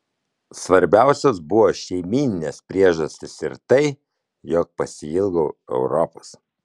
svarbiausios buvo šeimyninės priežastys ir tai jog pasiilgau europos